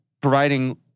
providing